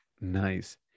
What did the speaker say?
Nice